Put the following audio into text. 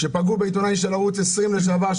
כשפגעו בעיתונאי של ערוץ 20 לשעבר,